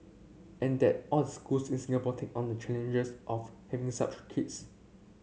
and that all schools in Singapore take on the challenges of having such kids